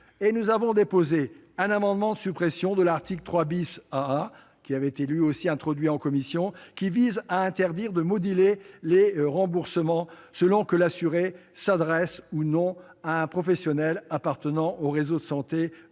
nous avons déposé un amendement de suppression de l'article 3 AA, introduit en commission, qui interdit de moduler les remboursements selon que l'assuré s'adresse ou non à un professionnel appartenant au réseau de santé de son